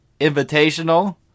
Invitational